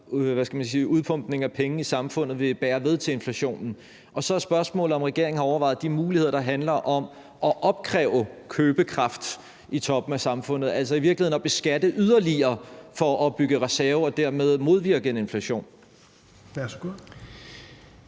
udpumpning af penge i samfundet vil bære ved til inflationen. Så er spørgsmålet, om regeringen har overvejet de muligheder, der handler om at opsuge købekraft i toppen af samfundet, altså i virkeligheden at beskatte yderligere for at opbygge reserver og dermed modvirke en inflation. Kl.